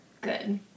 Good